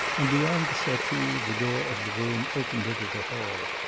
and beyond the settee the door of the room opened into the hall.